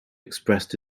expressed